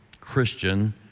Christian